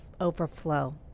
overflow